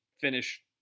Finish